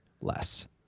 less